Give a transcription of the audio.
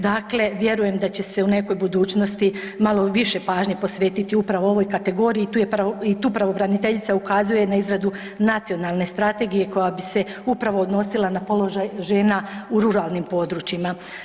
Dakle, vjerujem da će se u nekoj budućnosti malo više pažnje posvetiti upravo ovoj kategoriji i tu pravobraniteljica ukazuje na izradu nacionalne strategije koja bi se upravo odnosila na položaj žena u ruralnim područjima.